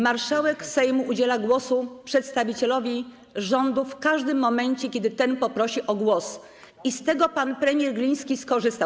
Marszałek Sejmu udziela głosu przedstawicielowi rządu w każdym momencie, kiedy ten poprosi o głos, i z tego prawa pan premier Gliński skorzystał.